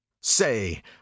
Say